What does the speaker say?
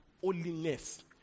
holiness